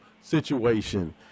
situation